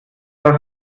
das